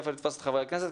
איפה לתפוס את חברי הכנסת,